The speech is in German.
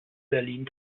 berlin